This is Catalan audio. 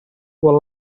quan